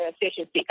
efficiency